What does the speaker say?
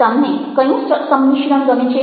તમને ક્યું સંમિશ્રણ ગમે છે